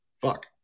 Fuck